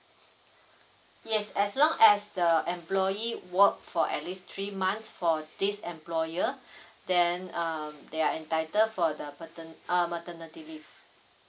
yes as long as the employee work for at least three months for this employer then um they are entitle for the patern~ uh maternity leave